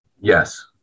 Yes